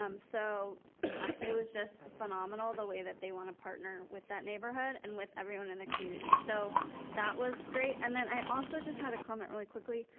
um so it was just phenomenal the way that they want to partner with that neighborhood and with everyone in the community. so that was great, and then i also just had a comment really quickly.